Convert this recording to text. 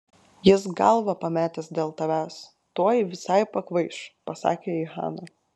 jis galvą pametęs dėl tavęs tuoj visai pakvaiš pasakė jai hana